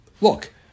look